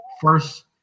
first